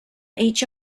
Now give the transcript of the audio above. each